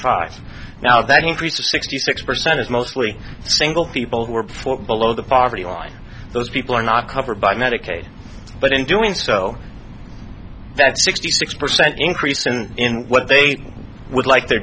five now that increased sixty six percent is mostly single people who are performed below the poverty line those people are not covered by medicaid but in doing so that sixty six percent increase in what they would like their